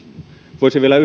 voisi vielä